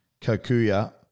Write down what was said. Kokuya